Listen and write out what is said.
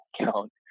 account